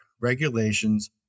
regulations